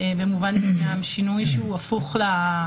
אנחנו באים ברצון להתקדם.